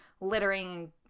littering